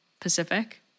Pacific